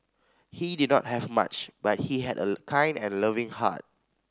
he did not have much but he had a kind and loving heart